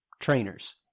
trainers